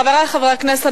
חברי חברי הכנסת,